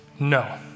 No